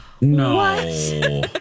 No